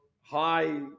high